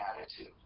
attitude